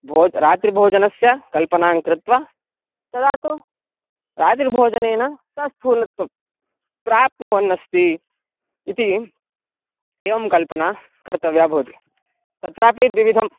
भोज् रात्रिभोजनस्य कल्पनाङ् कृत्वा तदा तु रात्रिभोजनेन स स्थूलत्वं प्राप्नुवन्नस्ति इति एवं कल्पना कर्तव्या भवति तत्रापि द्विविधं